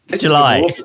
July